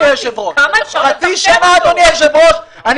אדוני היושב-ראש,